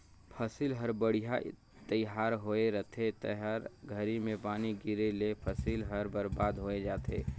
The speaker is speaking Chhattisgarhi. फसिल हर बड़िहा तइयार होए रहथे ते घरी में पानी गिरे ले फसिल हर बरबाद होय जाथे